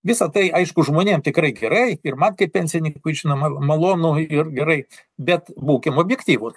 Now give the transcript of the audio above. visa tai aišku žmonėm tikrai gerai ir man kaip pensininkui žinoma malonu ir gerai bet būkim objektyvūs